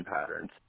patterns